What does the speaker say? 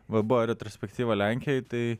va buvo retrospektyva lenkijoj tai